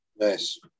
Nice